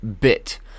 bit